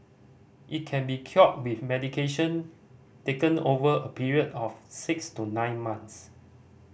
it can be cured with medication taken over a period of six to nine months